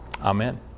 amen